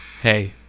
Hey